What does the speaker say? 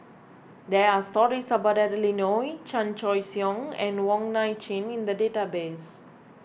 there are stories about Adeline Ooi Chan Choy Siong and Wong Nai Chin in the database